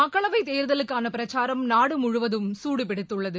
மக்களவைத் தேர்தலுக்கான பிரச்சாரம் நாடு முழுவதும் சூடுபிடித்துள்ளது